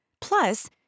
Plus